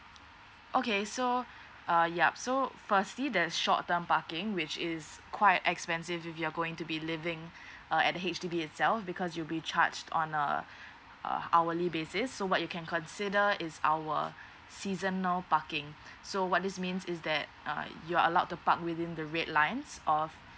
okay so err ya so firstly the short term parking which is quite expensive if you're going to be living uh at H_D_B itself because you'll be charged on a uh hourly basis so what you can consider is our seasonal parking so what this means is that uh you are allowed to park within the red lines of